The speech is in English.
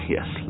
Yes